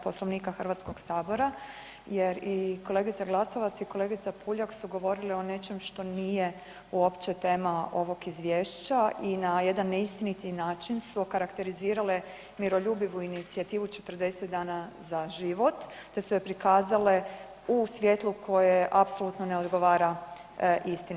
Poslovnika HS-a jer i kolegica Glasovac i kolegica Puljak su govorile o nečemu što nije uopće tema ovog izvješća i na jedan neistiniti način su okarakterizirale miroljubivu inicijativu 40 dana za život te su je prikazale u svjetlu koje apsolutno ne odgovara istini.